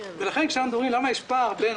לכן כשאנחנו מדברים למה יש פער בין